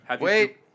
Wait